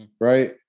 right